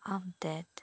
update